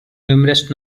numerous